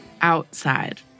outside